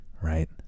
right